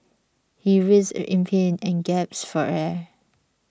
he writhed in pain and gasped for air